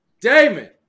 Damon